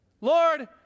Lord